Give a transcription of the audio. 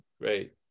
great